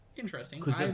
Interesting